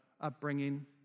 upbringing